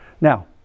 Now